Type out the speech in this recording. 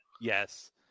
Yes